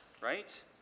right